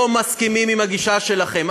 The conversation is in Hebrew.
לא מסכימים עם הגישה שלכם,